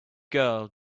girl